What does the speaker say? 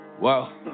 Wow